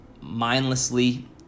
mindlessly